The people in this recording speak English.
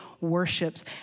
worships